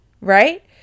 Right